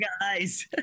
guys